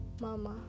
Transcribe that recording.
mama